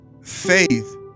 faith